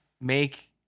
make